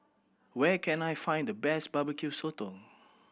where can I find the best Barbecue Sotong